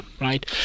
right